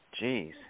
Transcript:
Jeez